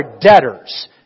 debtors